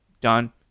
done